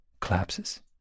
collapses